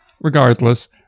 regardless